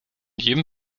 jedem